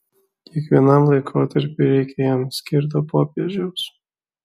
kiekvienam laikotarpiui reikia jam skirto popiežiaus